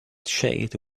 shade